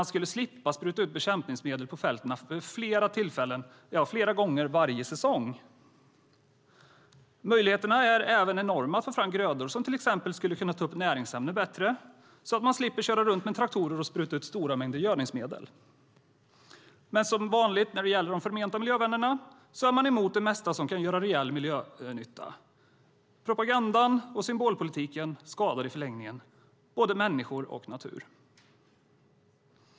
Då skulle man slippa spruta ut bekämpningsmedel på fälten flera gånger varje säsong. Möjligheterna är även enorma att få fram grödor som till exempel skulle kunna ta upp näringsämnen bättre, så att man slipper köra runt med traktorer och spruta ut stora mängder gödningsmedel. Men som vanligt när det gäller de förmenta miljövännerna är man emot det mesta som kan göra reell miljönytta. Propagandan och symbolpolitiken skadar i förlängningen både människor och natur.